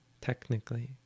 technically